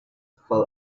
fell